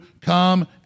come